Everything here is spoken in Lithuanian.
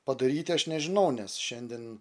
padaryti aš nežinau nes šiandien